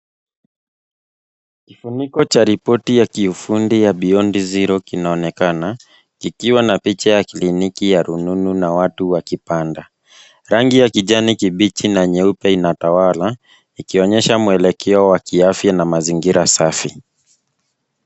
Kifuniko cha ripoti ya kiufundi ya Beyond Zero kinaonekana kikwa na picha ya kliniki ya rununu na watu wakipanda. Rangi ya kijani kibichi na nyeupe inatawala ikionyesha mwelekeo wa kiafya na mazingira safi.